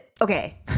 Okay